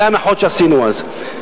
בהנחות שעשינו אז.